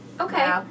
Okay